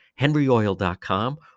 henryoil.com